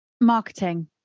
marketing